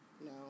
No